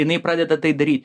jinai pradeda tai daryt